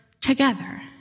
together